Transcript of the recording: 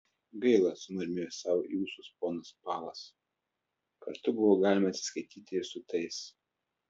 gaila sumurmėjo sau į ūsus ponas palas kartu buvo galima atsiskaityti ir su tais